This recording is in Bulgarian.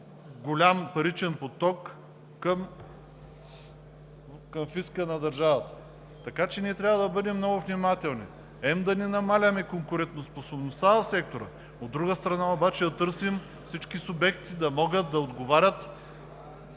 най-голям паричен поток към фиска на държавата. Така че ние трябва да бъдем много внимателни – хем да не намаляваме конкурентоспособността в сектора, от друга страна обаче, да търсим всички субекти да могат да отговарят